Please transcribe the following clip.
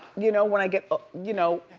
you know, when i get, ah you know,